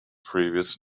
previous